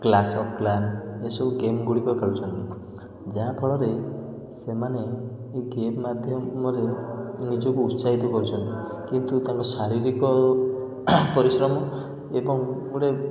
class of clan ଏସବୁ ଗେମ୍ଗୁଡ଼ିକ ଖେଳୁଛନ୍ତି ଯାହାଫଳରେ ସେମାନେ ଏଇ ଗେମ୍ ମାଧ୍ୟମରେ ନିଜକୁ ଉତ୍ସାହିତ କରୁଛନ୍ତି କିନ୍ତୁ ତାଙ୍କ ଶାରୀରିକ ଓ ପରିଶ୍ରମ ଏବଂ ଗୋଟେ